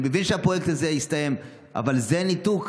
אני מבין שהפרויקט הזה הסתיים, אבל זה ניתוק.